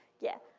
yeah.